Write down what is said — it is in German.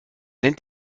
nennt